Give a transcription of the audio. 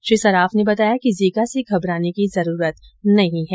श्री सर्राफ ने बताया कि जीका से घबराने की जरूरत नहीं है